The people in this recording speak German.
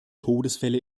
todesfälle